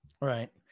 right